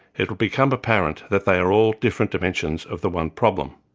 it will become apparent that they are all different dimensions of the one problem.